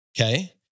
Okay